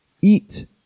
eat